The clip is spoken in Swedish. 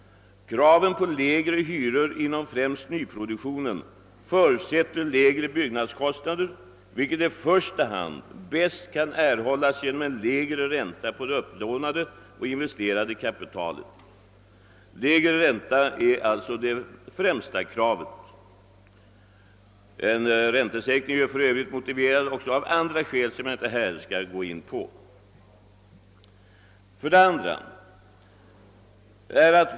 Kraven på lägre hyror inom främst nyproduktionen förutsätter lägre byggnadskostnader, något som i första hand bäst kan erhållas genom lägre ränta på det upplånade och investerade kapitalet. Lägre ränta är det främsta kravet. En räntesänkning är för övrigt motiverad också av andra skäl, som jag här inte skall gå in på. 2.